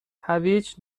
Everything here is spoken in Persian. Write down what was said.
هویج